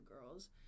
girls